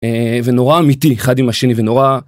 ונורא אמיתי אחד עם השני ונורא.